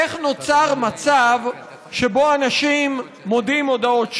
איך נוצר מצב שבו אנשים מודים הודאות שווא.